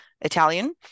Italian